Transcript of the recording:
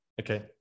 Okay